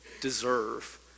deserve